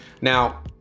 now